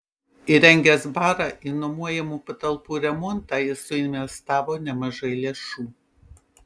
įrengęs barą į nuomojamų patalpų remontą jis suinvestavo nemažai lėšų